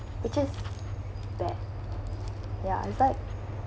because that ya in fact